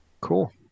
Cool